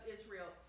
Israel